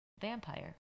vampire